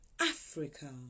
Africa